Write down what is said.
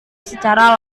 secara